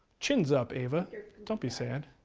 chins up, ava, don't be sad.